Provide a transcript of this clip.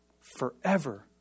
forever